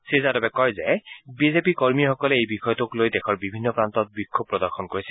শ্ৰীযাদৱে কয় যে বিজেপি কৰ্মীসকলে এই বিষয়টোক লৈ দেশৰ বিভিন্ন প্ৰান্তত বিক্ষোভ প্ৰদৰ্শন কৰিছে